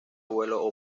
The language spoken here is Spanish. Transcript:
vuelo